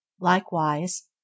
Likewise